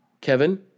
Kevin